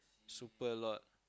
super lot